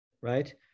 right